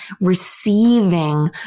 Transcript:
receiving